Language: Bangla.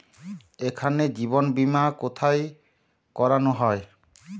এখানে জীবন বীমা কোথায় করানো হয়?